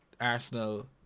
Arsenal